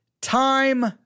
time